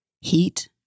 heat